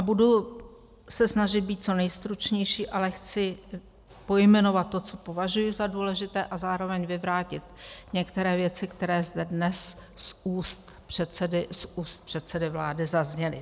Budu se snažit být co nejstručnější, ale chci pojmenovat to, co považuji za důležité, a zároveň vyvrátit některé věci, které zde dnes z úst předsedy vlády zazněly.